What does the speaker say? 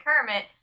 Kermit